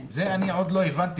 את זה עדיין לא הבנתי.